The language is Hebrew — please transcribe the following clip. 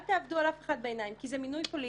תעבדו על אף אחד בעיניים, כי זה מינוי פוליטי,